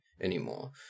anymore